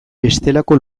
bestelako